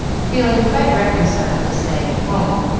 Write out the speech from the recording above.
feeling quite reconciled to staying at home,